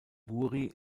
buri